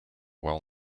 well